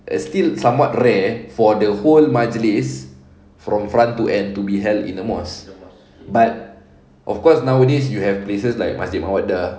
a still somewhat rare for the whole majlis from front to end to be held in the mosque but of course nowadays you have places like masjid mawaddah